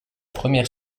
première